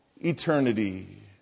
eternity